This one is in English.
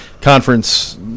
conference